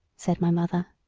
said my mother.